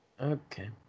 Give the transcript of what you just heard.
Okay